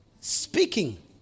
speaking